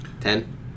Ten